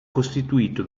costituito